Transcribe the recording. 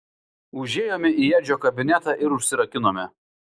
užėjome į edžio kabinetą ir užsirakinome